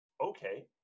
okay